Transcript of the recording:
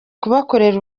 kubakorera